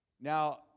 Now